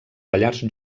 pallars